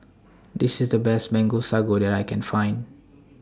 This IS The Best Mango Sago that I Can Find